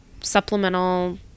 supplemental